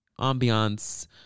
ambiance